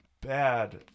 bad